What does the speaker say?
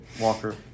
Walker